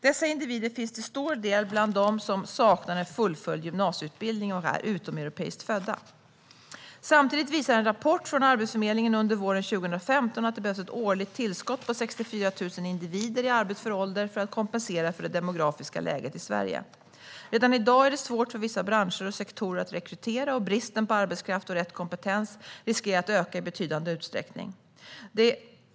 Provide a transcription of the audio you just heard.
Dessa individer finns till stor del bland dem som saknar en fullföljd gymnasieutbildning och är utomeuropeiskt födda. Samtidigt visar en rapport från Arbetsförmedlingen från våren 2015 att det behövs ett årligt tillskott på 64 000 individer i arbetsför ålder för att kompensera för det demografiska läget i Sverige. Redan i dag är det svårt för vissa branscher och sektorer att rekrytera, och bristen på arbetskraft och rätt kompetens riskerar att öka i betydande utsträckning.